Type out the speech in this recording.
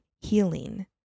healing